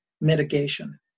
mitigation